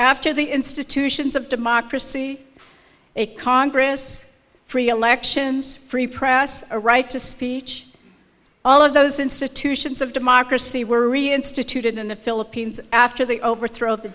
after the institutions of democracy a congress free elections free press a right to speech all of those institutions of democracy were reinstituted in the philippines after the overthrow